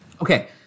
Okay